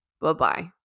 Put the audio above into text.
Bye-bye